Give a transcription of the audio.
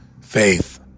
Faith